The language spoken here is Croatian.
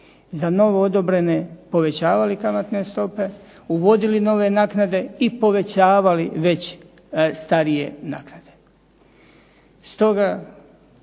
za novoodobrene povećavali kamatne stope, uvodili nove naknade i povećavali već starije naknade.